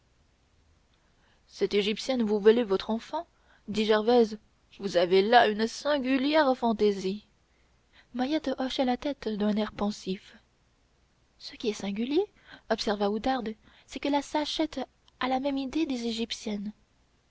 cette égyptienne vous voler votre enfant dit gervaise vous avez là une singulière fantaisie mahiette hochait la tête d'un air pensif ce qui est singulier observa oudarde c'est que la sachette a la même idée des égyptiennes